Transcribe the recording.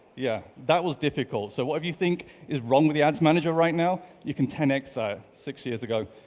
yeah that was difficult. so whatever you think is wrong with the ads manager right now. you can ten x that, six years ago,